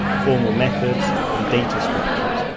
formal methods and datastructures,